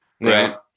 right